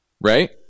right